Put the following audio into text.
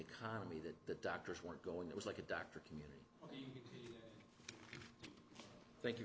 economy that that doctors weren't going that was like a doctor community thank you